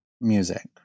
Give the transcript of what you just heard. music